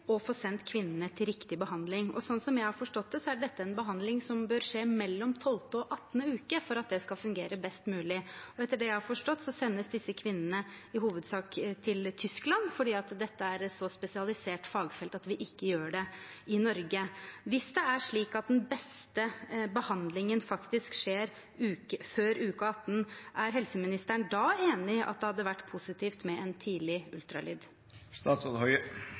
få sendt kvinnene til riktig behandling. Slik jeg har forstått det, er dette en behandling som bør skje mellom uke 12 og uke 18 for at det skal fungere best mulig. Etter det jeg har forstått, sendes disse kvinnene i hovedsak til Tyskland fordi det er et så spesialisert fagfelt at vi ikke gjør det i Norge. Hvis det er slik at den beste behandlingen faktisk skjer før uke 18, er helseministeren da enig i at det hadde vært positivt med tidlig